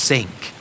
Sink